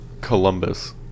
Columbus